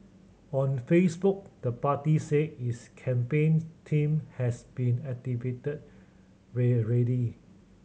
on Facebook the party said its campaign team has been activated rare ready